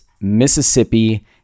Mississippi